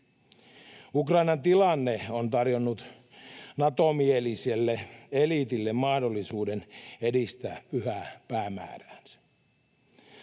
Ukrainan tilanne on tarjonnut Nato-mieliselle eliitille mahdollisuuden edistää pyhää päämääräänsä.